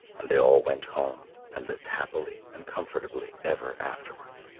and they all went home and lived happily and comfortably ever afterwards.